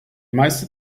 meiste